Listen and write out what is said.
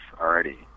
already